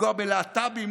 לפגוע בלהט"בים,